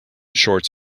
shorts